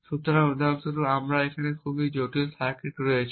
সুতরাং উদাহরণস্বরূপ আমাদের এখানে একটি খুব জটিল সার্কিট রয়েছে